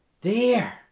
there